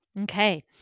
Okay